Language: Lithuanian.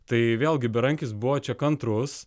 tai vėlgi berankis buvo čia kantrus